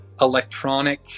electronic